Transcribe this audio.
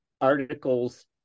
articles